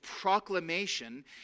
proclamation